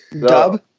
Dub